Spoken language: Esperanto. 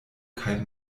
kaj